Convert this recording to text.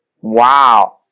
Wow